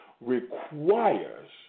requires